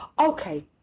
okay